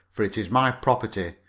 for it is my property,